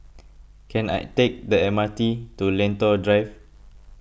can I take the M R T to Lentor Drive